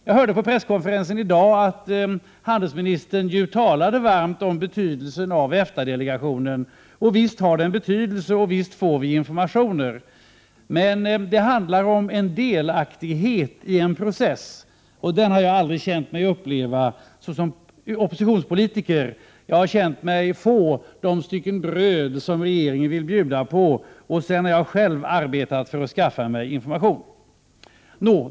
Jag hörde på presskonferensen i dag att handelsministern talade varmt om betydelsen av EFTA-delegationen. Visst har den betydelse och visst får vi information. Men det handlar om en delaktighet i en process, och den har jag aldrig känt mig uppleva såsom oppositionspolitiker. Jag har känt mig få de stycken bröd som regeringen vill bjuda på, och sedan har jag själv arbetat för att skaffa mig information.